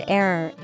error